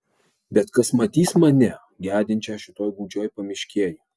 bet kas matys mane gedinčią šitoj gūdžioj pamiškėj